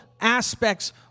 aspects